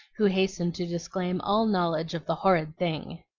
who hastened to disclaim all knowledge of the horrid thing.